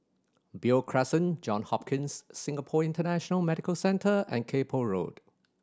Beo Crescent John Hopkins Singapore International Medical Centre and Kay Poh Road